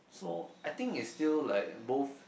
so I think it's still like both